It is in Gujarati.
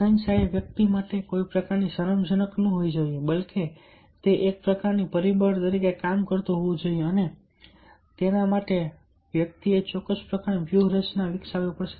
પ્રશંસા એ વ્યક્તિ માટે કોઈ પ્રકારની શરમજનક ન હોવી જોઈએ બલ્કે તે એક પ્રેરક પરિબળ તરીકે કામ કરવું જોઈએ અને તેના માટે પણ વ્યક્તિએ ચોક્કસ પ્રકારની વ્યૂહરચના વિકસાવવી પડશે